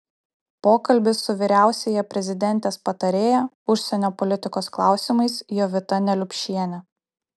pokalbis su vyriausiąja prezidentės patarėja užsienio politikos klausimais jovita neliupšiene